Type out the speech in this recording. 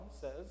says